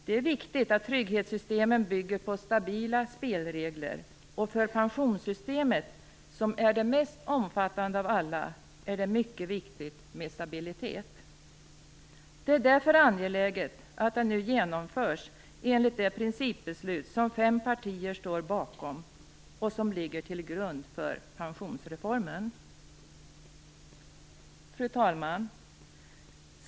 Det är viktigt att trygghetssystemen bygger på stabila spelregler, och för pensionssystemet, som är det mest omfattande av alla, är det mycket viktigt med stabilitet. Det är därför angeläget att det nu genomförs enligt det principbeslut som fem partier står bakom och som ligger till grund för pensionsreformen. Fru talman!